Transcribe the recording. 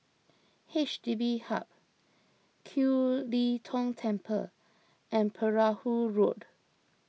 H D B Hub Kiew Lee Tong Temple and Perahu Road